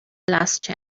last